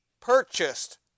purchased